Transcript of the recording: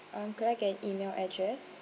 um could I get an E-mail address